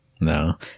No